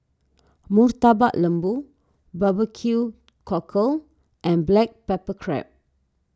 Murtabak Lembu Barbecue Cockle and Black Pepper Crab